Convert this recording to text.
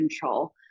control